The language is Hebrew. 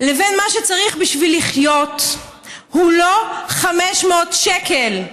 לבין מה שצריך בשביל לחיות הוא לא 500 שקל.